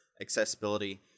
accessibility